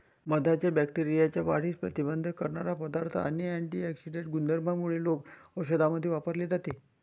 मधाच्या बॅक्टेरियाच्या वाढीस प्रतिबंध करणारा पदार्थ आणि अँटिऑक्सिडेंट गुणधर्मांमुळे लोक औषधांमध्ये वापरले जाते